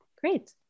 Great